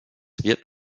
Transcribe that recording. wird